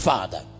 Father